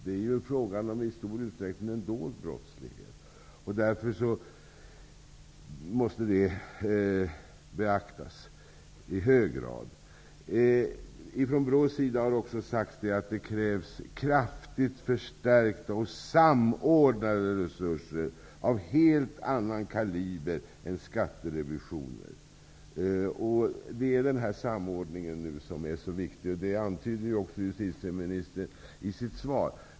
Det är i stor utsträckning fråga om en dold brottslighet, och detta måste i hög grad beaktas. Man har från BRÅ sagt att det krävs kraftigt förstärkta och samordnade resurser av helt annan kaliber än skatterevisioner. Denna samordning är mycket viktig, och det antydde också justitieministern i sitt svar.